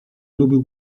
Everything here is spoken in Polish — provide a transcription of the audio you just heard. lubił